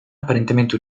apparentemente